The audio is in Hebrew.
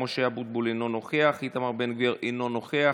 אופיר סופר, אינו נוכח,